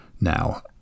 now